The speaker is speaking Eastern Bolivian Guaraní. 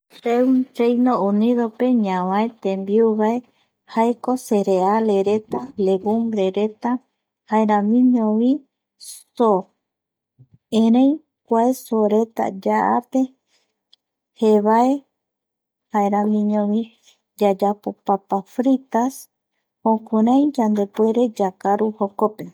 Reino Unidope ñavae tembiuvae jaeko cereales reta legumbrereta, jaeramiñovi só erei kua sooreta yaape, jevae, jaeramiñovi y ayapo papafritas jukurai yandepuere yakaru jokope